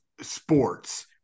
sports